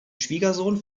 schwiegersohn